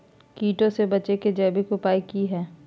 कीटों से बचे के जैविक उपाय की हैय?